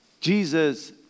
Jesus